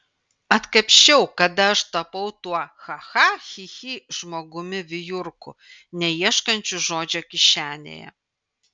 atkapsčiau kada aš tapau tuo cha cha chi chi žmogumi vijurku neieškančiu žodžio kišenėje